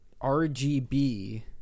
rgb